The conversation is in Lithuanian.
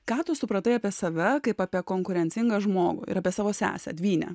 ką tu supratai apie save kaip apie konkurencingą žmogų ir apie savo sesę dvynę